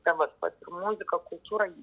ta vat vat ir muzika kultūra